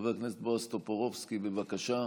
חבר הכנסת בועז טופורובסקי, בבקשה.